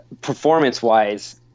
performance-wise